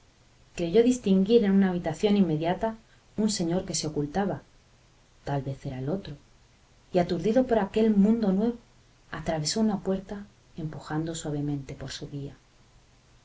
creyó distinguir en una habitación inmediata un señor que se ocultaba tal vez era el otro y aturdido por aquel mundo nuevo atravesó una puerta empujado suavemente por su guía